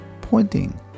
pointing